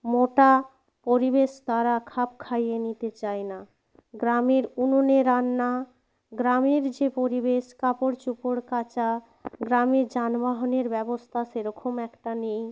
মোটা পরিবেশ তারা খাপ খাইয়ে নিতে চায় না গ্রামের উনোনে রান্না গ্রামের যে পরিবেশ কাপড় চোপড় কাচা গ্রামে যানবাহনের ব্যবস্তা সেরকম একটা নেই